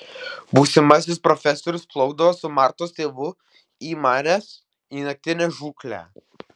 būsimasis profesorius plaukdavo su martos tėvu į marias į naktinę žūklę